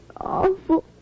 awful